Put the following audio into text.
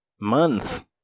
month